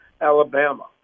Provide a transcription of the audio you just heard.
Alabama